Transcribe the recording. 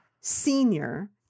senior